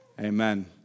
Amen